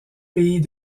pays